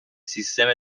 سیستم